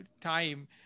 time